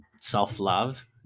Self-Love